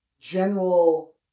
general